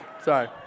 Sorry